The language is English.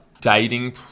dating